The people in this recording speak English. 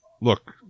Look